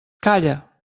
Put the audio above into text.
calla